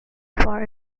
far